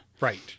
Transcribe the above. Right